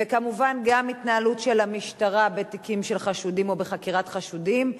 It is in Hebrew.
וכמובן גם התנהלות של המשטרה בתיקים של חשודים או בחקירת חשודים.